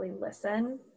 listen